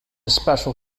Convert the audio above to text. special